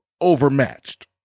overmatched